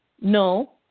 No